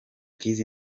keys